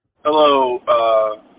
Hello